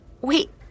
Wait